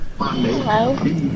hello